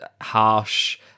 Harsh